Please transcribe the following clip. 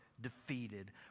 defeated